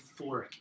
euphoric